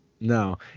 No